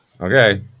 Okay